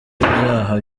ibyaha